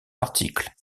article